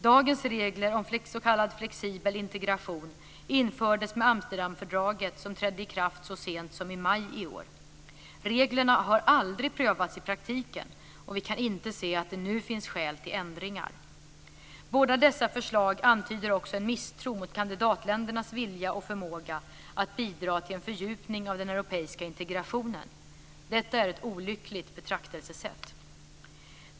Dagens regler om s.k. flexibel integration infördes med Amsterdamfördraget som trädde i kraft så sent som i maj i år. Reglerna har aldrig prövats i praktiken, och vi kan inte se att det nu finns skäl till ändringar. Båda dessa förslag antyder också en misstro mot kandidatländernas vilja och förmåga att bidra till en fördjupning av den europeiska integrationen. Detta är ett olyckligt betraktelsesätt.